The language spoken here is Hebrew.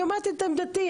אני אומרת את עמדתי.